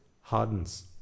hardens